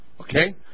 Okay